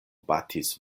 batis